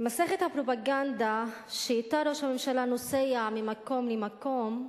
מסכת הפרופגנדה שאִתה ראש הממשלה נוסע ממקום למקום,